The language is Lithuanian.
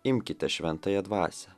imkite šventąją dvasią